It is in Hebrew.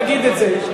תגיד את זה,